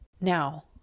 Now